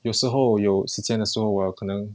有时候有时间的时候我有可能